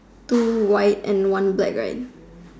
two white and one black right